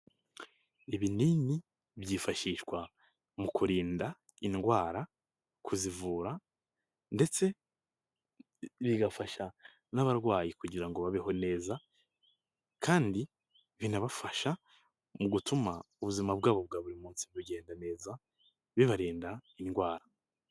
Ibinini byifashishwa mu kurinda indwara, kuzivura ndetse bigafasha n'abarwayi kugira ngo babeho neza kandi binabafasha mu gutuma ubuzima bwabo bwa buri munsi bugenda neza bibarinda indwara.